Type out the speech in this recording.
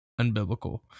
unbiblical